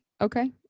Okay